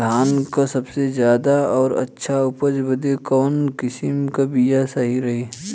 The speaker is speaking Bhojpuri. धान क सबसे ज्यादा और अच्छा उपज बदे कवन किसीम क बिया सही रही?